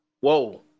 Whoa